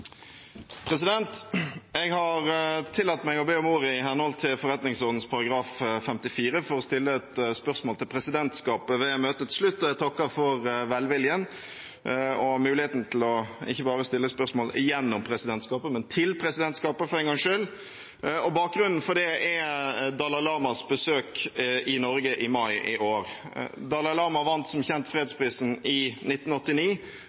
Jeg har tillatt meg å be om ordet i henhold til forretningsordenens § 54 for å stille et spørsmål til presidentskapet ved møtets slutt, og jeg takker for velviljen og muligheten til å stille spørsmålet ikke bare gjennom presidentskapet, men til presidentskapet, for en gangs skyld. Bakgrunnen for spørsmålet er Dalai Lamas besøk i Norge i mai i år. Dalai Lama vant som kjent fredsprisen i 1989